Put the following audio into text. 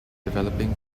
developing